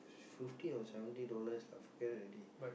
fifty or seventy dollars lah forget already